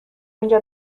اینجا